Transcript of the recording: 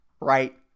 right